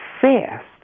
fast